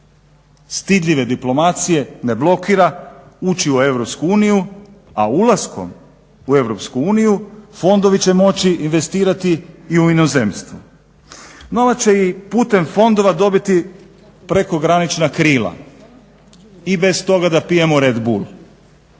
stidljive diplomacije ne blokira ući u EU, a ulaskom u EU fondovi će moći investirati i u inozemstvo. Novac će i putem fondova dobiti prekogranična krila i bez toga da pijemo redbul.